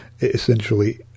essentially